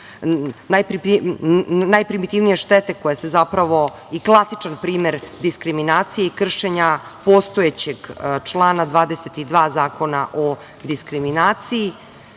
najprimitivnije štete i klasičan primer diskriminacije i kršenja postojećeg člana 22. Zakona o diskriminaciji. Ja